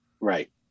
Right